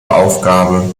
aufgabe